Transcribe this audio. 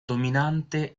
dominante